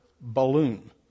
balloon